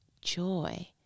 joy